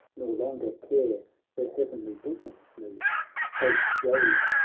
nor longer care her heavenly bosom moves hope rose,